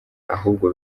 ahubwo